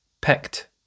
picked